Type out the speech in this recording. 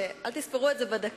ואל תכללו את זה בדקה,